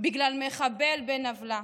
בגלל מחבל בן עוולה.